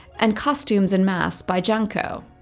and costumes and masks by janco.